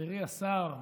חברי השר,